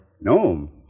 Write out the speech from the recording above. No